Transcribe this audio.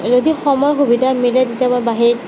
যদি সময় সুবিধা মিলে তেতিয়া মই বাঁহীত